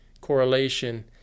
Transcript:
correlation